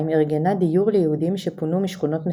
ארגנה דיור ליהודים שפונו משכונות מסוכנות.